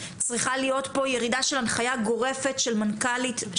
צריכה להיות פה ירידה של הנחייה גורפת של מנכ"לית,